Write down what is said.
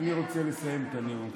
אני רוצה לסיים את הנאום,